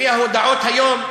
לפי ההודעות היום,